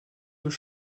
deux